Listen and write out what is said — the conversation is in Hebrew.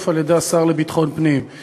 על-ידי השר לביטחון פנים הוא חוק מצוין.